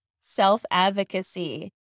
self-advocacy